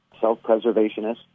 self-preservationist